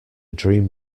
dream